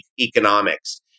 economics